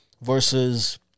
versus